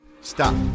stop